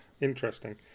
interesting